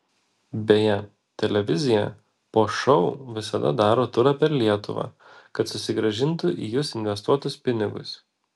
beje televizija po šou visada daro turą per lietuvą kad susigrąžintų į jus investuotus pinigus